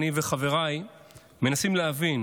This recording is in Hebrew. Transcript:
אני וחבריי מנסים להבין